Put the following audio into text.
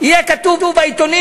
יהיה כתוב בעיתונים,